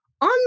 on